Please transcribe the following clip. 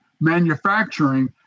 manufacturing